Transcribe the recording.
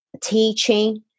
teaching